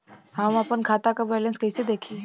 हम आपन खाता क बैलेंस कईसे देखी?